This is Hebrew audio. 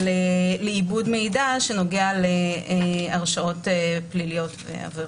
התייחסות לעיבוד מידע שנוגע להרשעות פליליות ועבירות.